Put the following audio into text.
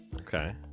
Okay